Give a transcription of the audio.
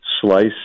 slice